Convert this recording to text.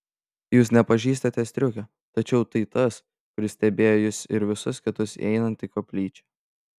jūs nepažįstate striukio tačiau tai tas kuris stebėjo jus ir visus kitus įeinant į koplyčią